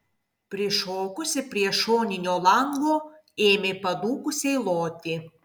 prišokusi prie šoninio lango ėmė padūkusiai loti